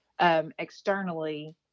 Externally